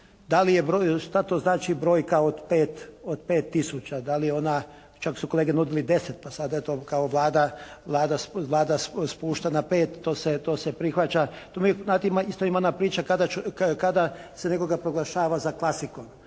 Da li je broj, šta to znači brojka od 5 tisuća? Da li je ona, čak su kolege nudili i 10, pa sad eto, kao Vlada spušta na 5, to se prihvaća. Znate tu isto ima ona priča kada se nekoga proglašava za klasikom.